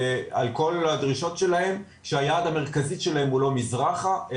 כל הדרישות שלהם שהיעד המרכזי שלהם הוא לא מזרחה,